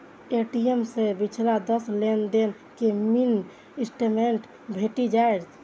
ATM सं पिछला दस लेनदेन के मिनी स्टेटमेंट भेटि जायत